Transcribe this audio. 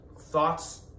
thoughts